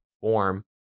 form